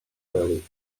wely